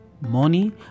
money